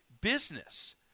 business